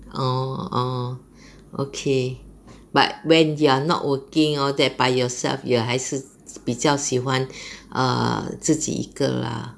orh orh okay but when you're not working all that by yourself you 还是比较喜欢 err 自己一个 lah